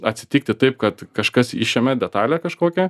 atsitikti taip kad kažkas išėmė detalę kažkokią